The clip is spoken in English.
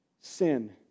sin